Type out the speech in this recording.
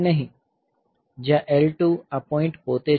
જ્યાં L2 આ point પોતે છે